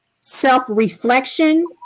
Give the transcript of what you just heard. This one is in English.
self-reflection